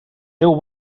déu